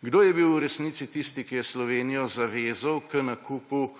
Kdo je bil v resnici tisti, ki je Slovenijo zavezal k nakupu